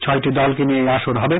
ছ্য়টি দলকে নিয়ে এই আসর হবে